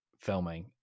filming